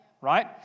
right